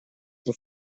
pur